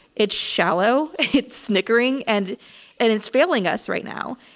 it's shallow, it's snickering and and it's failing us right now.